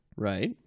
Right